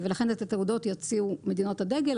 לכן את התעודות יוציאו מדינות הדגל,